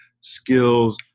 skills